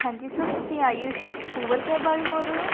ਹਾਂਜੀ ਸਰ ਤੁਸੀਂ Ayush Uber cab ਵਾਲ਼ੇ ਬੋਲ ਰਹੇ ਹੋ